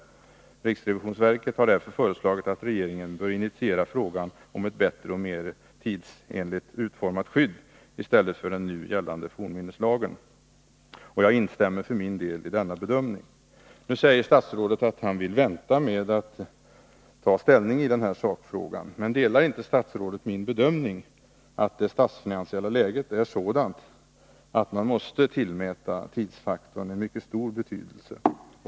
Riksrevisionsverket har föreslagit att regeringen bör initiera frågan om ett bättre och mera tidsenligt utformat skydd i stället för den nu gällande fornminneslagen. Jag instämmer för min del i denna bedömning. Nu säger statsrådet att han vill vänta med att ta ställning i sakfrågan. Men delar inte statsrådet min uppfattning att det statsfinansiella läget är sådant att man måste tillmäta tidsfaktorn en mycket stor betydelse?